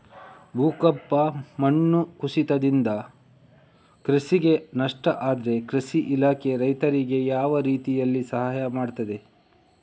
ಭೂಕಂಪ, ಮಣ್ಣು ಕುಸಿತದಿಂದ ಕೃಷಿಗೆ ನಷ್ಟ ಆದ್ರೆ ಕೃಷಿ ಇಲಾಖೆ ರೈತರಿಗೆ ಯಾವ ರೀತಿಯಲ್ಲಿ ಸಹಾಯ ಮಾಡ್ತದೆ?